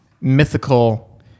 mythical